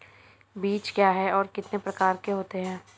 बीज क्या है और कितने प्रकार के होते हैं?